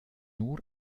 nur